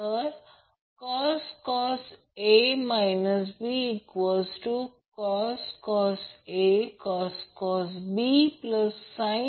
तर प्रश्न हा आहे आणि हे बॅलन्सड लोड 1 आहे हे बॅलन्सड लोड 2 आहे